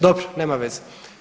Dobro, nema veze.